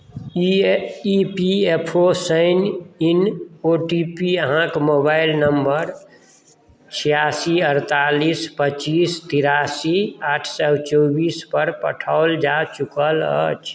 E F E P F O sign in O T P अहाँक mobile number छियासी अड़तालीस पचीस तिरासी आठ सए चौबीसपर पठाओल जा चुकल अछि